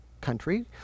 country